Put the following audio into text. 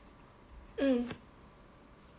mm